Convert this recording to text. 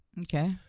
okay